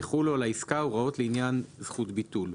יחולו על העסקה ההוראות לעניין זכות הביטול."